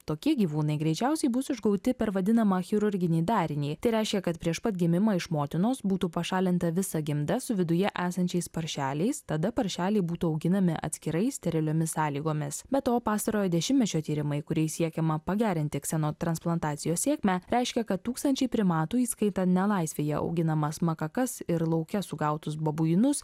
tokie gyvūnai greičiausiai bus išgauti per vadinamą chirurginį darinį tai reiškia kad prieš pat gimimą iš motinos būtų pašalinta visa gimda su viduje esančiais paršeliais tada paršeliai būtų auginami atskirai steriliomis sąlygomis be to pastarojo dešimtmečio tyrimai kuriais siekiama pagerinti kseno transplantacijos sėkmę reiškia kad tūkstančiai primatų įskaitant nelaisvėje auginamas makakas ir lauke sugautus babuinus